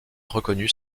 reconnut